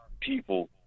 people